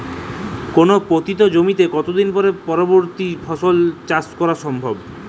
কোনো পতিত জমিতে কত দিন পরে পরবর্তী ফসল চাষ করা সম্ভব?